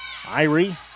Irie